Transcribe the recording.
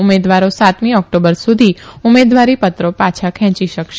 ઉમેદવારો સાતમી ઓક્ટોબર સુધી ઉમેદવારીપત્રો પાછા ખેંચી શકશે